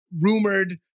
rumored